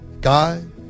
God